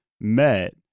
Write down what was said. met